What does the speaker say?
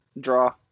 draw